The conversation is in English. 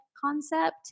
concept